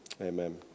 amen